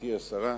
גברתי השרה,